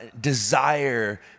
desire